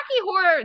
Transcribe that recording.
Horror